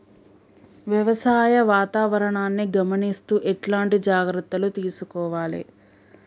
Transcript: వ్యవసాయ వాతావరణాన్ని గమనిస్తూ ఎట్లాంటి జాగ్రత్తలు తీసుకోవాలే?